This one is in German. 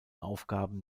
aufgaben